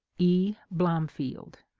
e. blomfield.